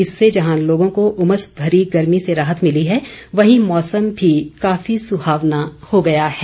इससे जहां लोगों को उमस भरी गर्मी से राहत मिली है वहीं मौसम भी काफी सुहावना हो गया है